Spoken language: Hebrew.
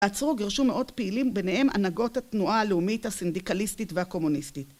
עצרו גירשו מאות פעילים ביניהם הנהגות התנועה הלאומית הסינדיקליסטית והקומוניסטית